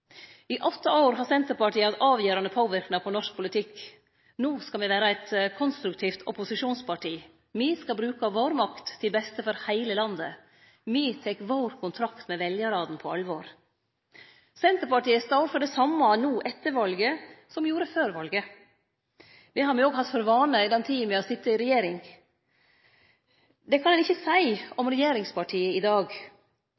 I åtte år har Senterpartiet hatt avgjerande påverknad på norsk politikk. No skal me vere eit konstruktivt opposisjonsparti. Me skal bruke makta vår til beste for heile landet. Me tek kontrakten vår med veljarane på alvor. Senterpartiet står for det same no etter valet som me gjorde før valet. Det har me òg hatt for vane i den tida me har sete i regjering. Det kan ein ikkje seie